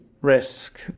risk